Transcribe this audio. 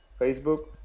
Facebook